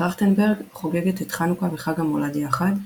טרכטנברג חוגגת את חנוכה וחג המולד יחד.